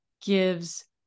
gives